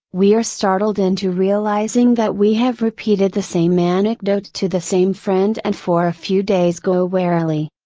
we are startled into realizing that we have repeated the same anecdote to the same friend and for a few days go warily.